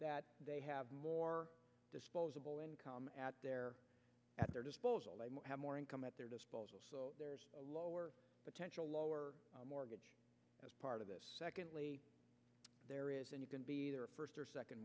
that they have more disposable income at their at their disposal they have more income at their disposal a lower potential lower mortgage as part of this secondly there is and you can be their first or second